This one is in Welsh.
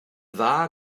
dda